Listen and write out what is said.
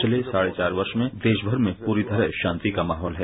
पिछले साढ़े चार वर्ष में देश भर में पूरी तरह शांति का माहौल है